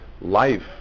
life